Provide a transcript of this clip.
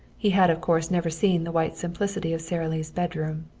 he had of course never seen the white simplicity of sara lee's bedroom.